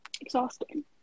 exhausting